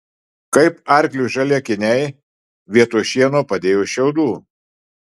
kaip arkliui žali akiniai vietoj šieno padėjus šiaudų